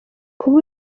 kuba